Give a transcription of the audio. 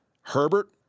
Herbert